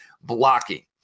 Blocking